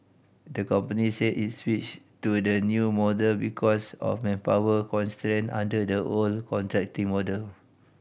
the company said its switched to the new model because of manpower constraint under the old contracting model